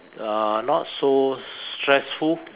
uh not so stressful